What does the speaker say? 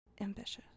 ambitious